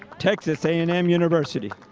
texas a and m university.